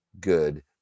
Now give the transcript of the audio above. good